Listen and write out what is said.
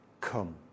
come